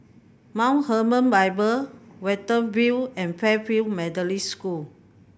Mount Hermon Bible Watten View and Fairfield Methodist School